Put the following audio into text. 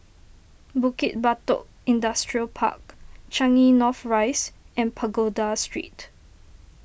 Bukit Batok Industrial Park Changi North Rise and Pagoda Street